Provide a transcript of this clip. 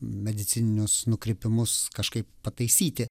medicininius nukrypimus kažkaip pataisyti